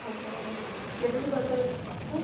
ଆଚ୍ଛା ମ୍ୟାଡ଼ାମ କେବେକୁ ଦରକାର ଅଛି ଅର୍ଡ଼ର